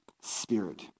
Spirit